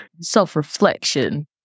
self-reflection